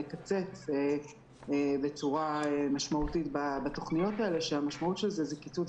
לקצץ בצורה משמעותית בתוכניות האלה כשהמשמעות של זה היא גם קיצוץ